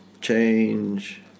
Change